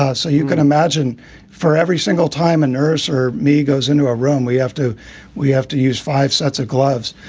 ah so you can imagine for every single time a nurse or me goes into a room, we have to we have to use five sets of gloves.